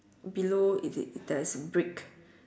below it there's brick